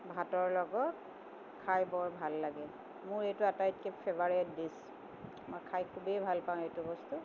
ভাতৰ লগত খাই বৰ ভাল লাগে মোৰ এইটো আটাইতকৈ ফেভাৰেট ডিছ মই খাই খুবেই ভাল পাওঁ এইটো বস্তু